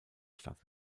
statt